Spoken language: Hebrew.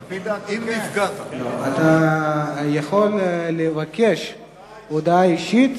אם נפגעת, יש לך הודעה אישית.